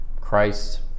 Christ